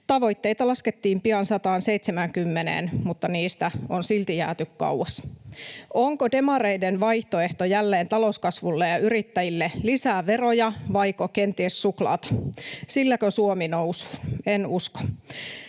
Tavoitteita laskettiin pian 170:een, mutta niistä on silti jääty kauas. Onko demareiden vaihtoehto talouskasvuun jälleen yrittäjille lisää veroja vaiko kenties suklaata? Silläkö Suomi nousuun? En usko.